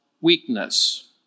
weakness